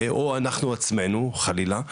או אנחנו עצמנו חלילה,